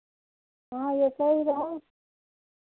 हाँ ऐसे ही रहो